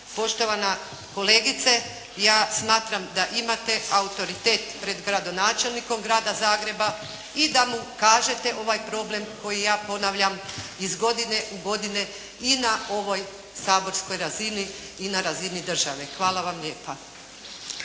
poštovana kolegice, ja smatram da imate autoritet pred gradonačelnikom Grada Zagreba i da mu kažete ovaj problem koji ja ponavljam iz godine u godinu i na ovoj saborskoj razini i na razini države. Hvala vam lijepa.